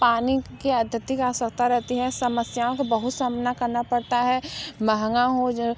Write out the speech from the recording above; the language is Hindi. पानी की अत्यधिक आवश्यकता रहती है समस्याओं को बहुत सामना करना पड़ता है महंगा हो ज